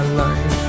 life